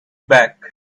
back